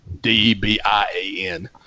D-E-B-I-A-N